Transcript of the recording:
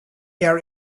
air